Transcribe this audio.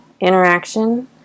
interaction